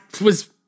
was-